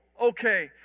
okay